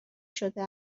شده